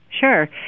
Sure